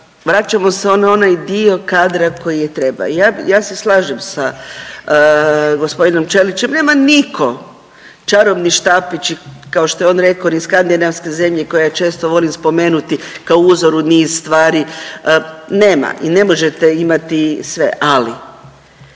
vraćamo se na onaj dio kadra koji je treba. Ja, ja se slažem sa g. Ćelićem, nema niko čarobni štapić kao što je on rekao ni skandinavske zemlje koje ja često volim spomenuti kao uzor u niz stvari, nema i ne možete imati sve. Ali,